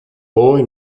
boy